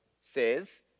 says